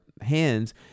hands